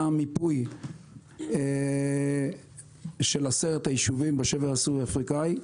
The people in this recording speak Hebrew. מיפוי של 10 היישובים בשבר הסורי-אפריקני,